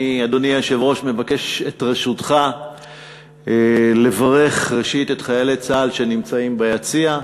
אני מבקש את רשותך לברך את חיילי צה"ל שנמצאים ביציע.